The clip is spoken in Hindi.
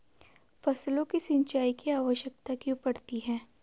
फसलों को सिंचाई की आवश्यकता क्यों पड़ती है?